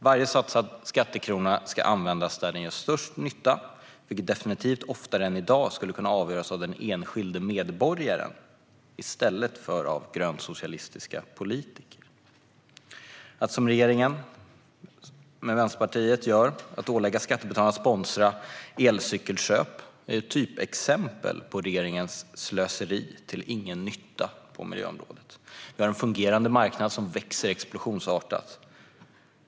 Varje satsad skattekrona ska användas där den gör störst nytta, vilket definitivt oftare än i dag skulle kunna avgöras av den enskilde medborgaren i stället för av grönsocialistiska politiker. Att som regeringen och Vänsterpartiet gör, ålägga skattebetalarna att sponsra elcykelköp, är typexempel på regeringens slöseri till ingen nytta på miljöområdet. Vi har en fungerande marknad som växer explosionsartat.